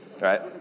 right